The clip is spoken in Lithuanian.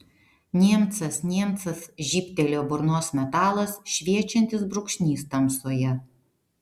niemcas niemcas žybtelėjo burnos metalas šviečiantis brūkšnys tamsoje